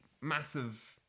massive